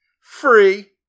free